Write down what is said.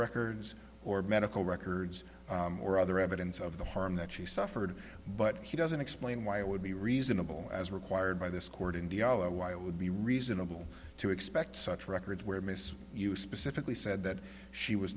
records or medical records or other evidence of the harm that she suffered but he doesn't explain why it would be reasonable as required by this court in diyala why it would be reasonable to expect such records where miss you specifically said that she was